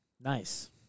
Nice